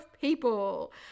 people